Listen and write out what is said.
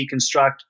deconstruct